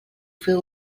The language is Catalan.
feu